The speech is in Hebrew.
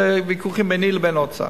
אלה ויכוחים ביני לבין האוצר,